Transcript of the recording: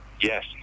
Yes